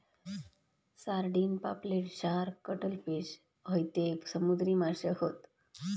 sardine, पापलेट, shark, cuttlefish हयते समुद्री माशे हत